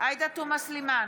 עאידה תומא סלימאן,